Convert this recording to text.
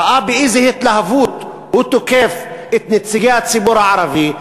ראה באיזה התלהבות הוא תוקף את נציגי הציבור הערבי,